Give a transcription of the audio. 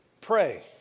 pray